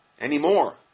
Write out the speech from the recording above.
anymore